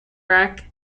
rack